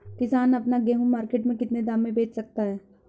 किसान अपना गेहूँ मार्केट में कितने दाम में बेच सकता है?